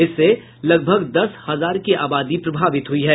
इससे लगभग दस हजार की आबादी प्रभावित हुई है